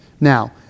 Now